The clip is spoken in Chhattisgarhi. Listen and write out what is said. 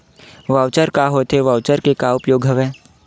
वॉऊचर का होथे वॉऊचर के का उपयोग हवय?